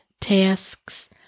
tasks